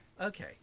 Okay